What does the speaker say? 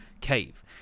cave